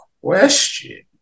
question